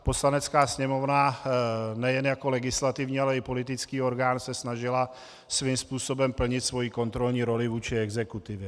Poslanecká sněmovna nejen jako legislativní, ale i politický orgán se snažila svým způsobem plnit svoji kontrolní roli vůči exekutivě.